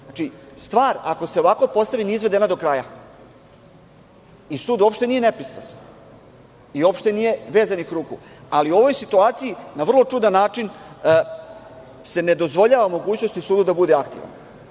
Znači, stvar ako se ovako postavi nije izvedena do kraja i sud uopšte nije nepristrasan i uopšte nije vezanih ruku, ali u ovoj situaciji na vrlo čudan način se ne dozvoljava mogućnost sudu da bude aktivan.